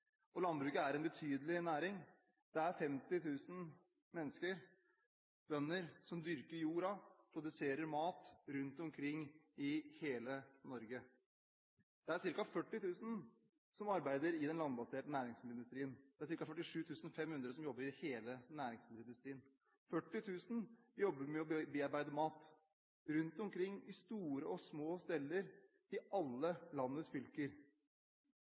og landbruket er en betydelig næring. Det er 50 000 mennesker, bønder, som dyrker jorda – produserer mat rundt omkring i hele Norge. Det er ca. 40 000 som arbeider i den landbaserte næringsmiddelindustrien, det er ca. 47 500 som jobber i hele næringsmiddelindustrien. 40 000 jobber med å bearbeide mat rundt omkring på store og små steder i alle landets fylker.